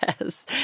Yes